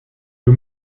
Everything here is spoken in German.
wir